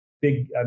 big